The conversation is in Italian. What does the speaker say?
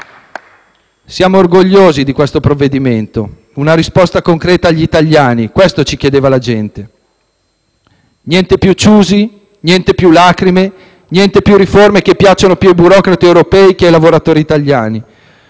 Siamo orgogliosi di questo provvedimento, che è una risposta concreta agli italiani: questo ci chiedeva la gente, niente più *choosy*, niente più lacrime, niente più riforme che piacciono più ai burocrati europei che ai lavoratori italiani.